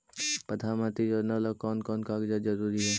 प्रधानमंत्री योजना ला कोन कोन कागजात जरूरी है?